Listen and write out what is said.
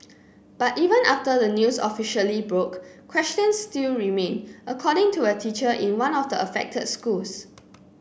but even after the news officially broke questions still remain according to a teacher in one of the affected schools